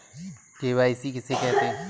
KYC किसे कहते हैं?